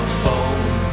phone